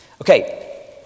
Okay